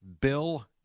Bill